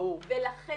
לכן